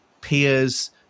peers